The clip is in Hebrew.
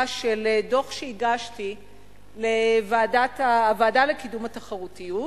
של דוח שהגשתי לוועדה לקידום התחרותיות.